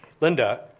Linda